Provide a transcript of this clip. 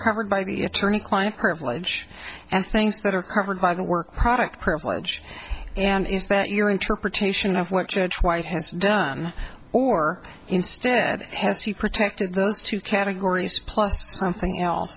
covered by the attorney client privilege and things that are covered by the work product privilege and is that your interpretation of what judge white has done or instead has he protected those two categories plus